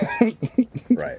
Right